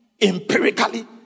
empirically